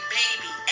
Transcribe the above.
baby